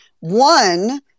one